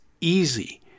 easy